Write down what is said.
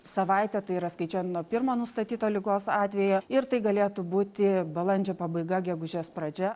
savaitę tai yra skaičiuojant nuo pirmo nustatyto ligos atvejo ir tai galėtų būti balandžio pabaiga gegužės pradžia